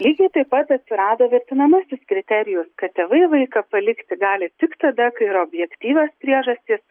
lygiai taip pat atsirado vertinamasis kriterijus kad tėvai vaiką palikti gali tik tada kai yra objektyvios priežastys